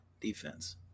defense